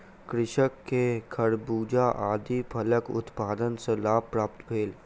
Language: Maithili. कृषक के खरबूजा आदि फलक उत्पादन सॅ लाभ प्राप्त भेल